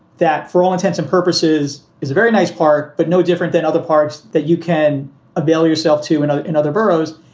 that, for all intents and purposes, is a very nice park, but no different than other parks that you can avail yourself to. and in other boroughs,